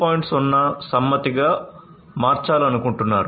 0 సమ్మతిగా మార్చాలనుకుంటున్నారు